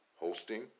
hosting